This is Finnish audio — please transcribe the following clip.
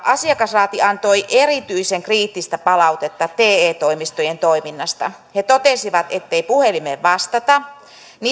asiakasraati antoi erityisen kriittistä palautetta te toimistojen toiminnasta he totesivat ettei puhelimeen vastata